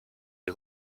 les